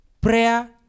Prayer